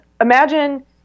imagine